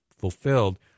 fulfilled